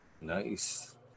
Nice